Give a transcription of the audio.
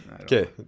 Okay